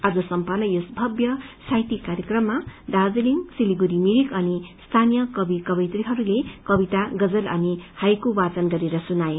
आज सम्पन्न यस भव्य साहित्यिक कार्यक्रममा दार्जीलिङ सिलगढ़ी मिरिक अनि स्थानीय कवि कवयित्रीहरूले कविता गजल अनि हाइकू वाचन गरेर सुनाए